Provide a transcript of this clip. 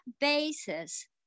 basis